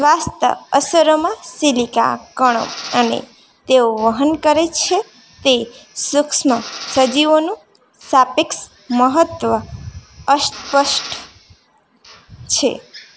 સ્વાસ્થ્ય અસરોમાં સિલિકા કણો અને તેઓ વહન કરે છે તે સુક્ષ્મ સજીવોનું સાપેક્ષ મહત્ત્વ અસ્પષ્ટ છે